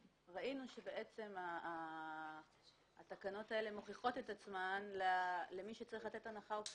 ראינו שבעצם התקנות האלה מוכיחות את עצמן למי שצריך לתת הנחה או פטור.